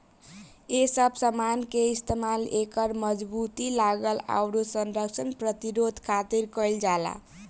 ए सब समान के इस्तमाल एकर मजबूती, लागत, आउर संरक्षण प्रतिरोध खातिर कईल जाला